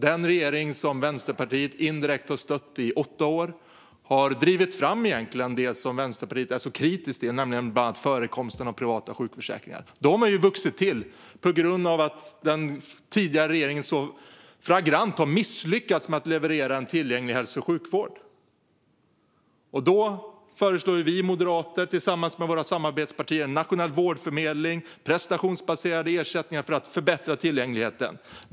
Den regering som Vänsterpartiet indirekt stöttade i åtta år drev ju fram det som Vänsterpartiet är så kritiskt till, nämligen förekomsten av privata sjukförsäkringar. De har vuxit till på grund av att den tidigare regeringen så flagrant har misslyckats att leverera en tillgänglig hälso och sjukvård. Vi moderater föreslår därför tillsammans med våra samarbetspartier en nationell vårdförmedling och prestationsbaserade ersättningar för att förbättra tillgängligheten.